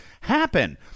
happen